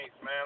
man